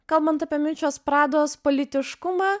kalbant apie miučios prados politiškumą